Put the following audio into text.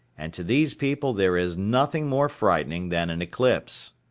and to these people there is nothing more frightening than an eclipse.